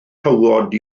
tywod